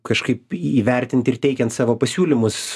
kažkaip įvertinti ir teikiant savo pasiūlymus